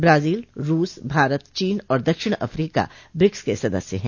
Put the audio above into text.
Brazil रूस भारत चीन और दक्षिण अफ्रीका ब्रिक्स के सदस्य हैं